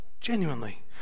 genuinely